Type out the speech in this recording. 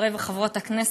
חברי וחברות הכנסת,